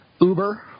Uber